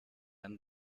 han